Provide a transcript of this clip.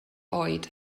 oed